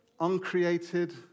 uncreated